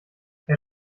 herr